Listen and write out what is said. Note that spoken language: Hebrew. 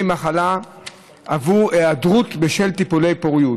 מחלה עבור היעדרות בשל טיפולי פוריות.